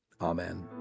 Amen